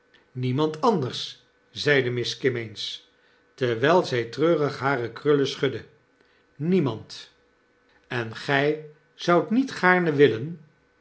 memand anders zeide miss kimmeens terwijl zij treurig hare krullen schudde hiemand en gy zoudt niet gaarne willen